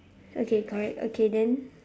okay correct okay then